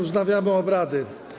Wznawiam obrady.